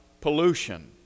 pollution